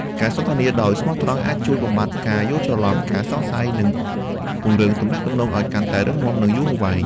ការសន្ទនាដោយស្មោះត្រង់អាចជួយបំបាត់ការយល់ច្រឡំ ការសង្ស័យ និងពង្រឹងទំនាក់ទំនងឱ្យកាន់តែរឹងមាំ និងយូរអង្វែង។